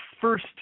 first